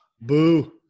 boo